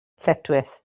lletchwith